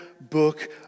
book